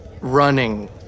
running